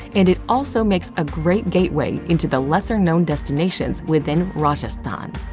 and it also makes a great gateway into the lesser-known destinations within rajasthan.